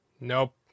Nope